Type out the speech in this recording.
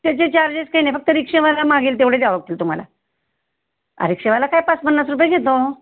त्याचे चार्जेस काही नाही फक्त रिक्षेवाला मागेल तेवढे द्यावं लागतील तुम्हाला रिक्षेवाला काय पाच पन्नास रुपये घेतो